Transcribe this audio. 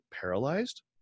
paralyzed